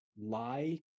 lie